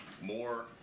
more